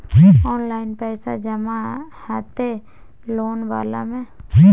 Online पैसा जमा हते लोन वाला में?